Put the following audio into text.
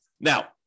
Now